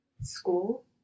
school